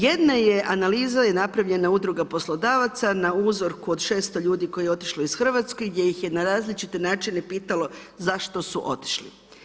Jedna je analiza je napravljena udruga poslodavaca, na uzor kod 600 ljudi koje je otišlo iz Hrvatske, gdje ih je na različite načine pitalo zašto su otišli.